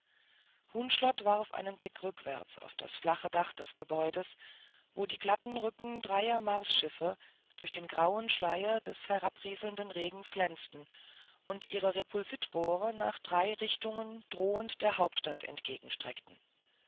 huhnschlott warf einen blick rückwärts auf das flache dach des gebäudes wo die glatten rücken dreier marsschiffe durch den grauen schleier des herabrieselnden regens glänzten und ihre repulsitrohre nach drei richtungen drohend der hauptstadt entgegenstreckten